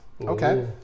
Okay